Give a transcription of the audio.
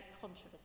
controversy